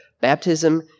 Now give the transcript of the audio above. baptism